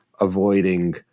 avoiding